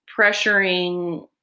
pressuring